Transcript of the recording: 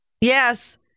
Yes